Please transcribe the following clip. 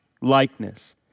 likeness